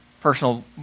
personal